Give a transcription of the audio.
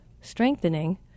strengthening